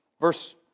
Verse